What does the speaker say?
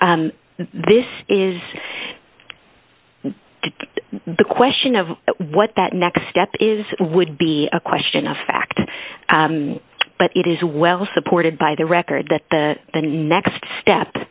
this is to be the question of what that next step is would be a question of fact but it is well supported by the record that the the next step